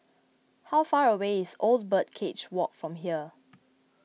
how far away is Old Birdcage Walk from here